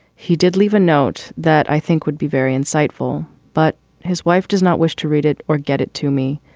he did leave a note that i think would be very insightful, but his wife does not wish to read it or get it to me,